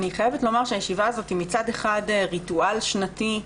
אני חייבת לומר שהישיבה הזאת היא מצד אחד ריטואל שנתי,